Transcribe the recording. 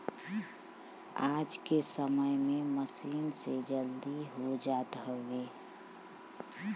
आज के समय में मसीन से जल्दी हो जात हउवे